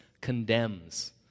condemns